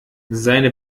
seine